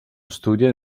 studio